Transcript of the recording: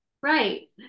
Right